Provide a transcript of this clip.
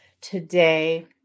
today